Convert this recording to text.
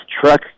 truck